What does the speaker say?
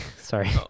Sorry